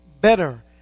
better